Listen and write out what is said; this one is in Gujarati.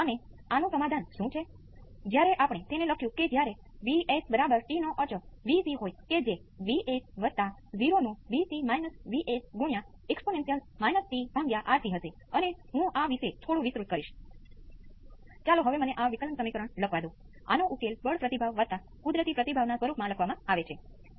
તેથી આનો ઉકેલ V p exponential j ϕ 1 j ω CR exponential j ω t છે અને હું ત્યાં ϕ પાછું મૂકી શકું છું હું તેને V p exponential j ω t ϕ 1 j ω CR તરીકે પણ લખી શકું છું